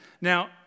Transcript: Now